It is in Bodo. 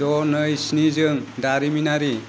द' नै स्निजों दारिमिनारि